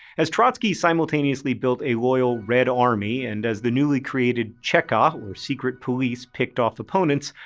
as trotsky simultaneously built a loyal red army and as the newly created chekha or secret police picked off opponents,